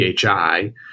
PHI